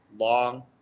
long